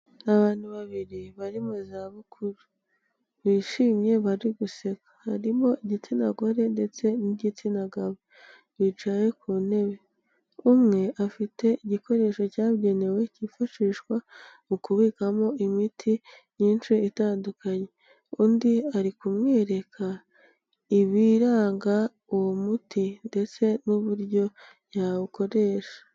Abantu babiri bari mu zabukuru, bishimye bari guseka, harimo igitsina gore ndetse n'igitsina gabo, bicaye ku ntebe, umwe afite igikoresho cyabugenewe kifashishwa mu kubikamo imiti myinshi itandukanye, undi ari kumwereka ibiranga uwo muti ndetse n'uburyo yawukoresha.